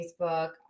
facebook